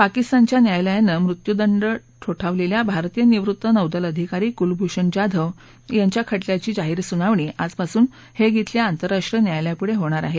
पाकिस्तानच्या न्यायालयानं मृत्यूदंड ठोठावलेल्या भारतीय निवृत्त नौदल अधिकारी कुलभूषण जाधव यांच्या खटल्याची जाहीर सुनावणी आजपासून हेग शिल्या आतंरराष्ट्रीय न्यायालयापुढं होणार आहे